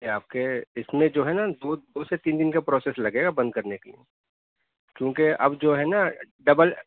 آپ کے اس میں جو ہے نا دو دو سے تین دن کا پروسیس لگے گا بند کرنے کے لیے کیوںکہ اب جو ہے نا ڈبل